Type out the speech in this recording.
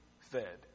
fed